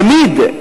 תמיד,